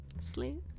sleep